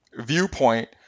viewpoint